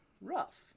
rough